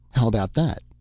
how about that,